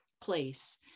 place